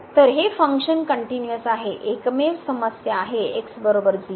तर हे function continuous आहेएकमेव समस्या आहे x 0